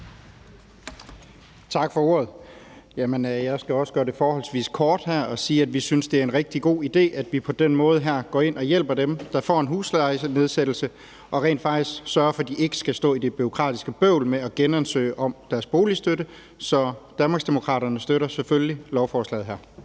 Tak for ordet. Jeg skal også gøre det forholdsvis kort og sige, at vi synes, at det er en rigtig god idé, at vi på den her måde går ind og hjælper dem, der får en huslejenedsættelse, og rent faktisk sørger for, at de ikke skal stå med det bureaukratiske bøvl med at genansøge om deres boligstøtte. Så Danmarksdemokraterne støtter selvfølgelig lovforslaget her.